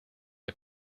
est